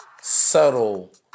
subtle